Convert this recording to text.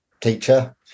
teacher